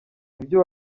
ibyo